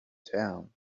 town